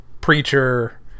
preacher